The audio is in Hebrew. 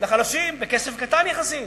לחלשים בכסף קטן יחסית.